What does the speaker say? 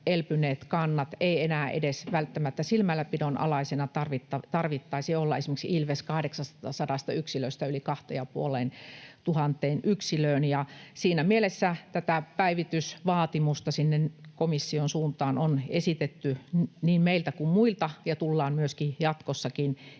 kannat, ei enää edes välttämättä silmälläpidon alaisina tarvitsisi olla: esimerkiksi ilves 800 yksilöstä yli 2 500 yksilöön. Siinä mielessä tätä päivitysvaatimusta sinne komission suuntaan on esitetty niin meiltä kuin muilta ja tullaan myöskin jatkossakin esittämään.